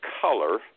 color